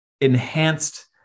enhanced